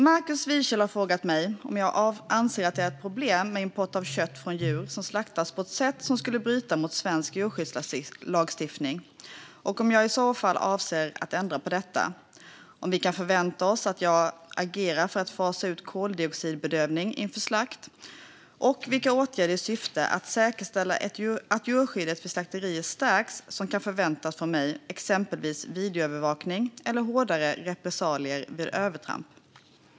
Markus Wiechel har frågat mig: om jag anser att det är ett problem med import av kött från djur som slaktas på ett sätt som skulle bryta mot svensk djurskyddslagstiftning, och om jag i så fall avser att ändra på detta om vi kan förvänta oss att jag agerar för att fasa ut koldioxidbedövning inför slakt vilka åtgärder i syfte att säkerställa att djurskyddet vid slakterier stärks som kan förväntas från mig, exempelvis videoövervakning eller hårdare repressalier vid övertramp.